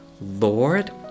Lord